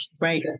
Right